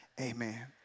amen